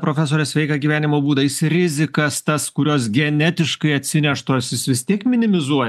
profesore sveiką gyvenimo būdą jis rizikas tas kurios genetiškai atsineštos jis vis tiek minimizuoja